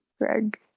Greg